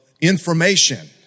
information